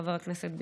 חבר הכנסת ביטון.